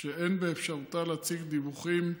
שאין באפשרותה להציג דיווחים,